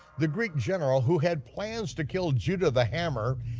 the greek general who had plans to kill judah the hammer,